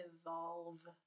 evolve